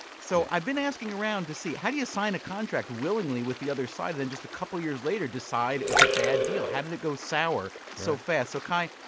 so i've been asking around to see how do you sign a contract willingly with the other side and then just a couple of years later decide it's a bad deal? how did it go sour so fast? so kai,